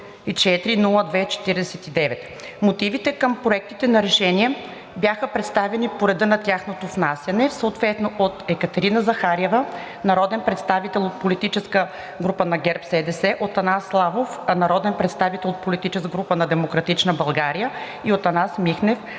Мотивите към проектите на решения бяха представени по реда на тяхното внасяне, съответно от Екатерина Захариева, народен представител от парламентарната група на ГЕРБ-СДС, от Атанас Славов, народен представител от парламентарната група на „Демократична България“, и от Атанас Михнев,